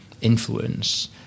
influence